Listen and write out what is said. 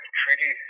treaty